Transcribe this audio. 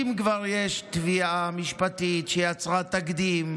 אם כבר יש תביעה משפטית שיצרה תקדים,